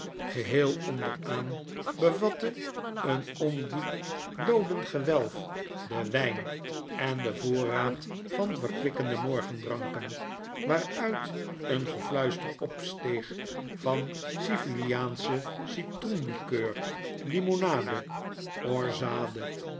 geheel onderaan bevatte een ondiep looden gewelf den wijn en den voorraad van verkwikkende morgendranken waaruit een gefluister opsteeg van seviliaansche citroenlikeur limonade orzade